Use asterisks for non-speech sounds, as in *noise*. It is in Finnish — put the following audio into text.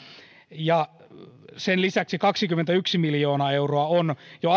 ja sen lisäksi kaksikymmentäyksi miljoonaa euroa on jo *unintelligible*